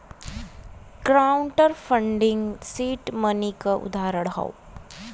crowd funding seed money क उदाहरण हौ